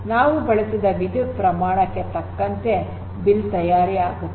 ನಾವು ಬಳಸಿದ ವಿದ್ಯುತ್ ಪ್ರಮಾಣಕ್ಕೆ ತಕ್ಕಂತೆ ಬಿಲ್ ತಯಾರಿ ಆಗುತ್ತದೆ